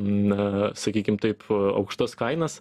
na sakykim taip aukštas kainas